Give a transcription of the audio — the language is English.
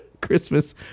Christmas